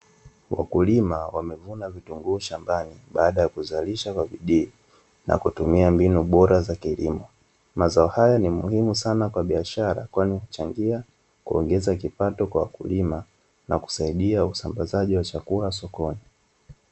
Wakulima wamevuna vitunguu shambani baada ya kuzalisha kwa bidii na kutumia mbinu bora za kilimo. Mazao haya ni muhimu sana kwa biashara, kwani huchangia kuongeza kipato kwa wakulima na kusaidia usambazaji wa chakula sokoni.